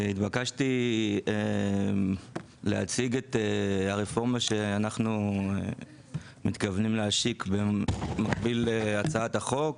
התבקשתי להציג את הרפורמה שאנחנו מתכוונים להשיק במקביל להצעת החוק,